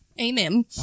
Amen